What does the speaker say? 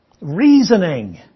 Reasoning